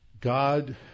God